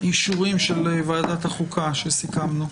את האישורים של ועדת החוקה שסיכמנו.